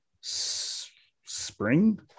spring